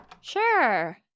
Sure